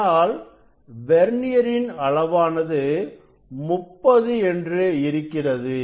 ஆனால் வெர்னியரின் அளவானது 30 என்று இருக்கிறது